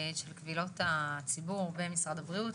קבילות הציבור במשרד הבריאות